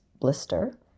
blister